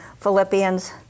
Philippians